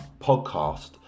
podcast